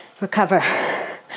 recover